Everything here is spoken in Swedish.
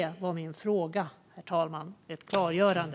Min fråga, herr talman, gäller ett klargörande.